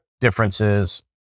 differences